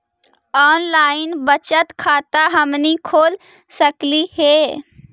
Online बचत खाता हमनी खोल सकली हे?